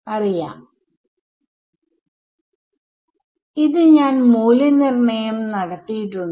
അറിയാം ഇത് ഞാൻ മൂല്യനിർണ്ണയം നടത്തിയിട്ടുണ്ട്